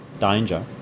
danger